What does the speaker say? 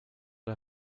der